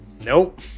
Nope